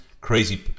crazy